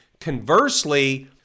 Conversely